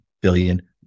billion